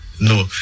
No